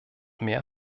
mehr